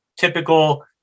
typical